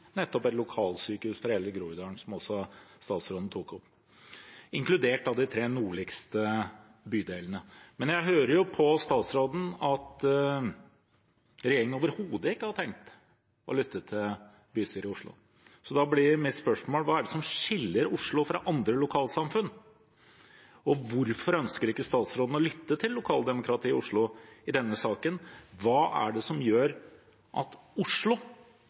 nettopp et lokalsykehus for hele Groruddalen, som også statsråden tok opp, inkludert de tre nordligste bydelene. Jeg hører på statsråden at regjeringen overhodet ikke har tenkt å lytte til bystyret i Oslo. Da blir mitt spørsmål: Hva er det som skiller Oslo fra andre lokalsamfunn? Hvorfor ønsker ikke statsråden å lytte til lokaldemokratiet i Oslo i denne saken? Hva er det som gjør at Oslo